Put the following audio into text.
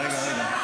אוי.